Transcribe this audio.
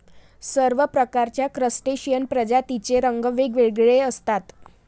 सर्व प्रकारच्या क्रस्टेशियन प्रजातींचे रंग वेगवेगळे असतात